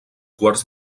quarts